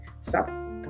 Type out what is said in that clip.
stop